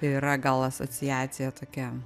yra gal asociacija tokia